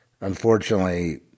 unfortunately